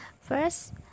First